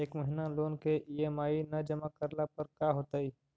एक महिना लोन के ई.एम.आई न जमा करला पर का होतइ?